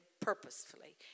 purposefully